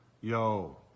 Yo